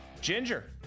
Ginger